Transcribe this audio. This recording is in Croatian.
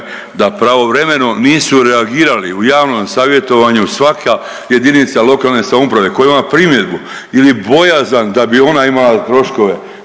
da povremeno nisu reagirali u javnom savjetovanju. Svaka jedinica lokalne samouprave koja ima primjedbu ili bojazan da bi ona imala troškove